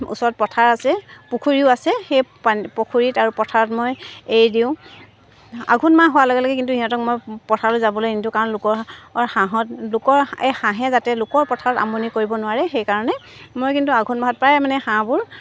ওচৰত পথাৰ আছে পুখুৰীও আছে সেই পানী পুখুৰীত আৰু পথাৰত মই এৰি দিওঁ আঘোণ মাহ হোৱাৰ লগে লগে কিন্তু সিহঁতক মই পথাৰলৈ যাবলৈ নিদোঁ কাৰণ লোকৰ হাঁহত লোকৰ এই হাঁহে যাতে লোকৰ পথাৰত আমনি কৰিব নোৱাৰে সেইকাৰণে মই কিন্তু আঘোণ মাহত প্ৰায় মানে হাঁহবোৰ